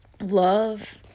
Love